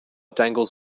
dangles